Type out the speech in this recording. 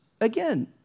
again